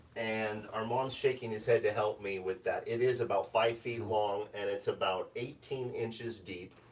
and armand's shaking his head to help me with that. it is about five feet long, and it's about eighteen inches deep.